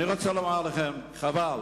חבל.